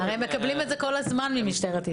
הם הרי מקבלים את זה כל הזמן ממשטרת ישראל.